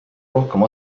rohkem